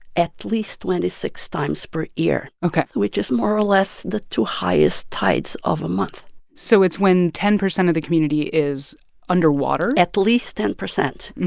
at least twenty six times per year. ok. which is more or less the two highest tides of a month so it's when ten percent of the community is underwater at least ten percent.